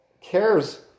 cares